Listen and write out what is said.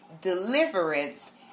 deliverance